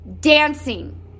dancing